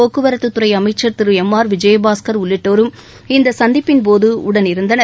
போக்குவரத்துத்துறை அமைச்சர் திரு எம் ஆர் விஜயபாஸ்கர் உள்ளிட்டோரும் இந்த சந்திப்பின்போது உடனிருந்தனர்